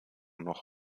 noch